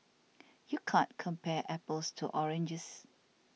you can't compare apples to oranges